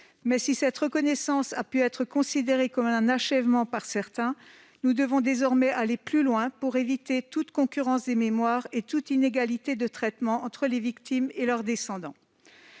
si cette reconnaissance a pu être considérée comme un achèvement pour certains, nous devons désormais aller plus loin, pour éviter toute concurrence des mémoires et toute inégalité de traitement entre les victimes et leurs descendants.